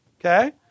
Okay